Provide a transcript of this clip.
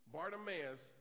Bartimaeus